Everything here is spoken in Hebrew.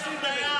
מתי עשיתם את זה,